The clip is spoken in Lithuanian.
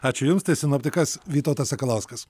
ačiū jums tai sinoptikas vytautas sakalauskas